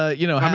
you know,